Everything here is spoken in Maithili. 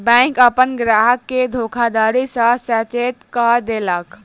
बैंक अपन ग्राहक के धोखाधड़ी सॅ सचेत कअ देलक